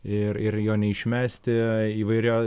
ir ir jo neišmesti įvairia